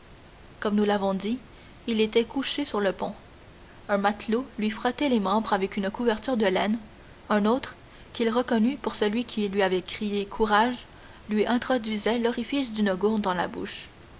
comme nous l'avons dit il était couché sur le pont un matelot lui frottait les membres avec une couverture de laine un autre qu'il reconnut pour celui qui lui avait crié courage lui introduisait l'orifice d'une gourde dans la bouche